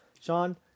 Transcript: Sean